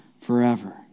forever